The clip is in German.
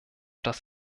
das